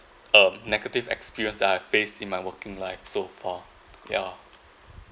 uh negative experience I've faced in my working life so far yeah